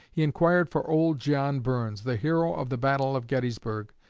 he inquired for old john burns, the hero of the battle of gettysburg,